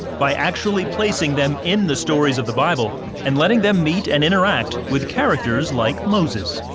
by actually placing them in the stories of the bible and letting them meet and interact with characters, like moses.